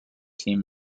team